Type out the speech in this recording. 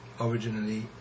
originally